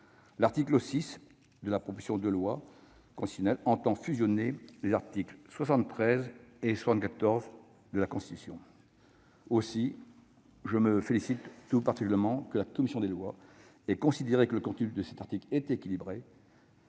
l'article 6 de la proposition de loi constitutionnelle prévoit de fusionner les articles 73 et 74 de la Constitution. Je me félicite tout particulièrement de ce que la commission des lois ait considéré que le contenu de cet article était équilibré.